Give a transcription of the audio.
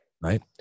Right